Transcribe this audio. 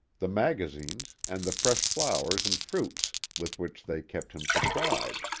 the magazines and the fresh flowers and fruits with which they kept him supplied.